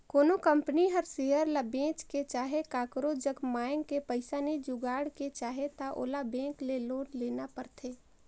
कोनो कंपनी हर सेयर ल बेंच के चहे काकरो जग मांएग के पइसा नी जुगाड़ के चाहे त ओला बेंक ले लोन लेना परथें